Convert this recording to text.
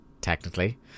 technically